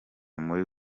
muri